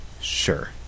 Sure